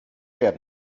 werden